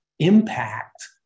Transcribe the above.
impact